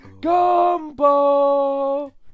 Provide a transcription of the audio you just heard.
Gumbo